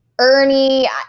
Ernie